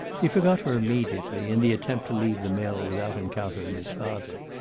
he forgot her immediately, in the attempt to leave the mill without encountering his father.